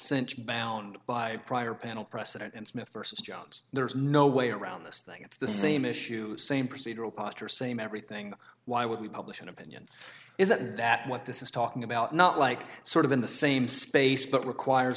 since bound by prior panel precedent and smith versus jobs there is no way around this thing it's the same issue same procedural posture same everything why would we publish an opinion isn't that what this is talking about not like sort of in the same space but requires